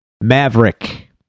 Maverick